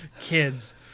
kids